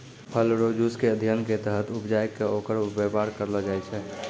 फल रो जुस के अध्ययन के तहत उपजाय कै ओकर वेपार करलो जाय छै